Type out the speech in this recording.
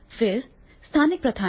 फिर स्थानिक प्रथाएँ हैं